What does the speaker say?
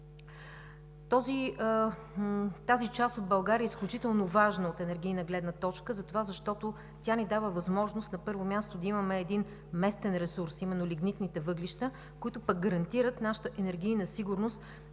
Тази част от България е изключително важна от енергийна гледна точка за това, защото тя ни дава възможност, на първо място, да имаме един местен ресурс, именно лигнитните въглища, които пък гарантират нашата енергийна сигурност